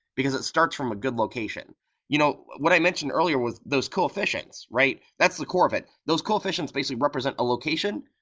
because it starts from a good location you know what i mentioned earlier was those coefficients, right? that's the core of it. those coefficients basically represent a location,